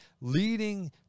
leading